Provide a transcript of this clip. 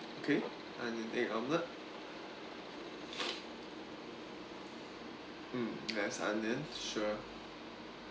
okay an egg omelette mm less onion sure